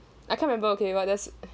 I can't remember okay but there's